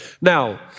Now